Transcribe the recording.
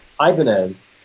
Ibanez